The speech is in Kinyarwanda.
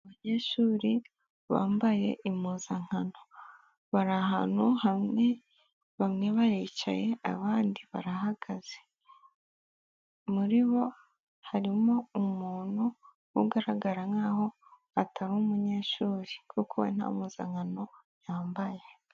Abanyeshuri bambaye impuzankano bari ahantu hamwe bamwe baricaye abandi barahagaze muri bo harimo umuntu ugaragara nkaho atari umunyeshuri kuko nta mpuzankano yahambaye.